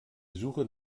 suchen